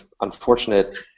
unfortunate